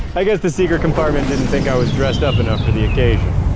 i guess the secret compartment didn't think i was dressed up enough for the occasion.